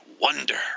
Wonder